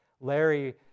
larry